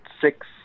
six